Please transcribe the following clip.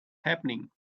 happening